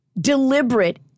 deliberate